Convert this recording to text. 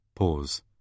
Pause